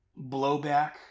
blowback